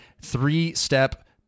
three-step